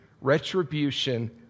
retribution